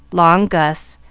long gus,